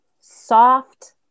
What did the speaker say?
soft